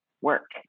work